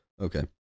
Okay